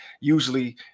usually